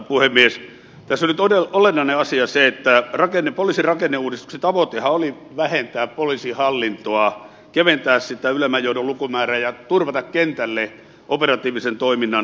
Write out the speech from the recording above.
tässä nyt olennainen asia on se että poliisin rakenneuudistuksen tavoitehan oli vähentää poliisin hallintoa keventää sitä ylemmän johdon lukumäärää ja turvata kentälle operatiivisen toiminnan suorituskyky